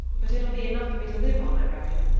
but it'll be enough for me to live on i reckon.